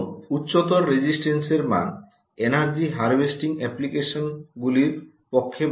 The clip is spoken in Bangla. এবং উচ্চতর রেজিস্টেন্সের মান এনার্জি হারভেস্টিং অ্যাপ্লিকেশনগুলির পক্ষে ভাল